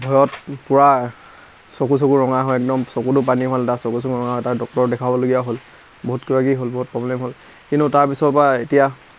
ঘৰত পূৰা চকু চকু ৰঙা হৈ একদম চকুতো পানী সোমাল তাত চকু চকু ৰঙা হৈ তাত ডক্টৰক দেখাবলগীয়া হ'ল বহুত কিবাকিবি হ'ল বহুত প্ৰব্লেম হ'ল কিন্তু তাৰপিছৰ পৰা এতিয়া